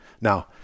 now